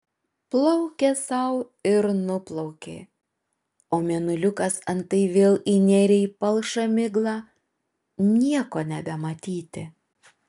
plaukė sau ir nuplaukė o mėnuliukas antai vėl įnėrė į palšą miglą nieko nebematyti